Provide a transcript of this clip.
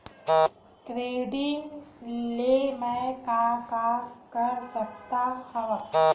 Credit ले मैं का का कर सकत हंव?